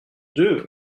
dieu